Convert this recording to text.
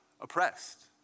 oppressed